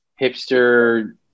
hipster